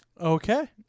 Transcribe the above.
Okay